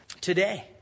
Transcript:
today